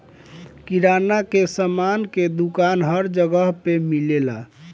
किराना के सामान के दुकान हर जगह पे मिलेला